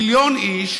מיליון איש,